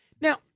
Now